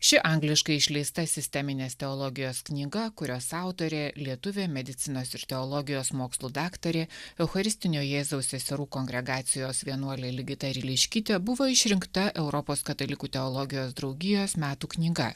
ši angliškai išleista sisteminės teologijos knyga kurios autorė lietuvė medicinos ir teologijos mokslų daktarė eucharistinio jėzaus seserų kongregacijos vienuolė ligita ryliškytė buvo išrinkta europos katalikų teologijos draugijos metų knyga